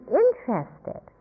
interested